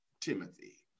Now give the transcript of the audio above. Timothy